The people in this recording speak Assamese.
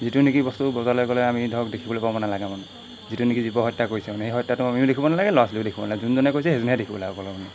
যিটো নেকি বস্তু বজাৰলৈ গ'লে আমি ধৰক দেখিবলৈ পাব নালাগে মানে যিটো নেকি জীৱ হত্যা কৰিছে মানে সেই হত্যাটো আমিও দেখিব নালাগে ল'ৰা ছোৱালীও দেখিব নালাগে যোনজনে কৈছে সেইজনেহে দেখিব লাগিব অকল আৰু মানে